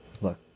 Look